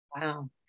Wow